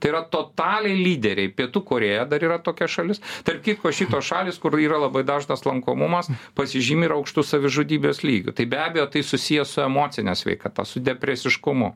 tai yra totaliai lyderiai pietų korėja dar yra tokia šalis tarp kitko šitos šalys kur yra labai dažnas lankomumas pasižymi ir aukštu savižudybės lygiu tai be abejo tai susiję su emocine sveikata depresiškumu